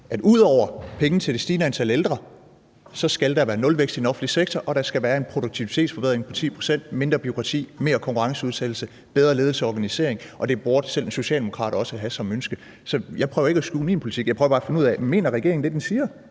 at ud over penge til det stigende antal ældre skal der være nulvækst i den offentlige sektor, og der skal være en produktivitetsforbedring på 10 pct., mindre bureaukrati, mere konkurrenceudsættelse, bedre ledelse og organisering. Det burde selv en socialdemokrat også have som ønske. Så jeg prøver ikke at skjule min politik, jeg prøver bare at finde